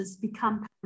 become